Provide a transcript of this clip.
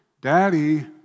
Daddy